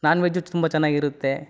non veg ತುಂಬ ಚೆನ್ನಾಗಿರುತ್ತೆ